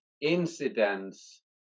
incidents